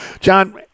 John